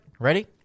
Ready